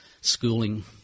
schooling